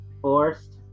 forced